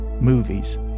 movies